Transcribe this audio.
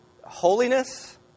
holiness